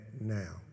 now